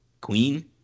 queen